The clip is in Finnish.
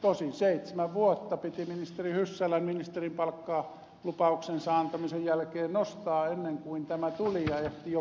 tosin seitsemän vuotta piti ministeri hyssälän ministerin palkkaa lupauksen antamisen jälkeen nostaa ennen kuin tämä tuli ja hän ehti